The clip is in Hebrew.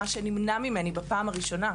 מה שנמנע ממני בפעם הראשונה.